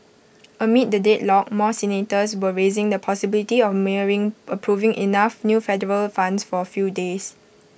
amid the deadlock more senators were raising the possibility of merely approving enough new Federal Funds for A few days